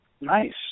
Nice